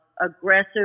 aggressive